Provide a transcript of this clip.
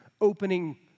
opening